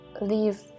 leave